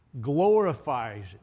glorifies